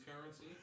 currency